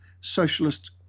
socialist